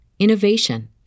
innovation